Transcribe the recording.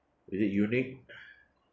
is it unique